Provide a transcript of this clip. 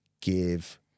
give